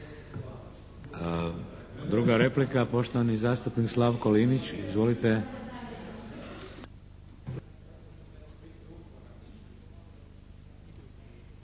Druga replika, poštovani zastupnik Slavko Linić. Izvolite.